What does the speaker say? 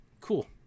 cool